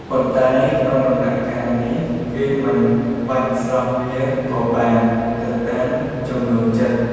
ប៉ុន្តែក្នុងដំណាក់កាលនេះគេមិនបាច់ស្រុះវាក៏បានទៅតាមចំណូលចិត្ត។